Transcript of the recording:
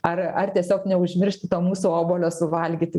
ar ar tiesiog neužmiršti to mūsų obuolio suvalgyti